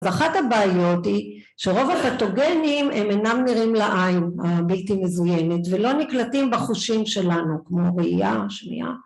ואחת הבעיות היא שרוב הפטוגנים הם אינם נראים לעין הבלתי מזוינת ולא נקלטים בחושים שלנו כמו ראייה, שמיעה